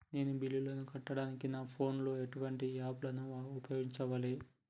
నేను బిల్లులను కట్టడానికి నా ఫోన్ లో ఎటువంటి యాప్ లను ఉపయోగించాలే?